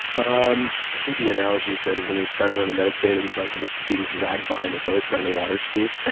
um i think the analogy he said is when he was trying to learn to meditate it was like being dragged behind a boat trying to waterski.